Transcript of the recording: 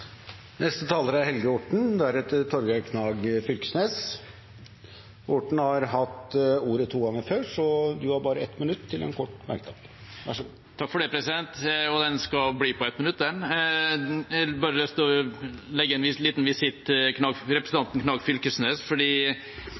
Helge Orten har hatt ordet to ganger tidligere og får ordet til en kort merknad, begrenset til 1 minutt. Den skal bli på 1 minutt, den! Jeg har bare lyst til å legge en liten visitt til representanten Knag Fylkesnes,